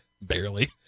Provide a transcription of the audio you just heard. Barely